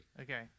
Okay